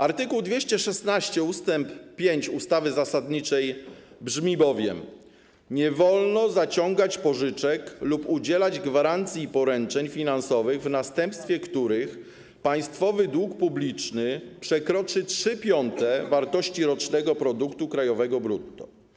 Art. 216 ust. 5 ustawy zasadniczej brzmi bowiem: ˝Nie wolno zaciągać pożyczek lub udzielać gwarancji i poręczeń finansowych, w następstwie których państwowy dług publiczny przekroczy 3/5 wartości rocznego produktu krajowego brutto.